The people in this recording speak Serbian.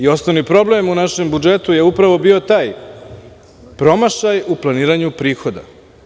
Osnovni problem u našem budžetu je upravo bio taj promašaj u planiranju prihoda.